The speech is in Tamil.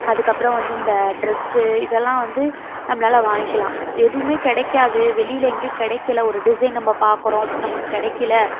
அதுக்கப்றம் வந்து இந்த ட்ரெஸ்ஸு இதெல்லாம் வந்து நம்பளால் வாங்குலாம் எதுவுமே கிடைக்காது வெளியில் எங்கேயும் கிடைக்கல ஒரு டிசைன் நம்ம பார்க்கறோம் நமக்கு கிடைக்கில